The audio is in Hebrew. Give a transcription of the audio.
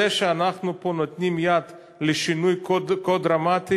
זה שאנחנו פה נותנים יד לשינוי כה דרמטי